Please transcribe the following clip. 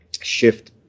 shift